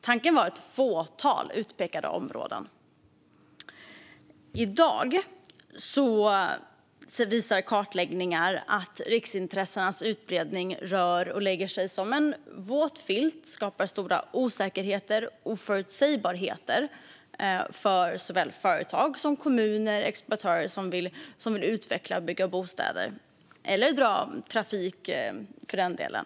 Tanken var ett fåtal utpekade områden. I dag visar kartläggningar att riksintressenas utbredning lägger sig som en våt filt och skapar stora osäkerheter och oförutsägbarheter för såväl företag och kommuner som exploatörer som vill utveckla och bygga bostäder eller dra om trafik, för den delen.